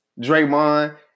Draymond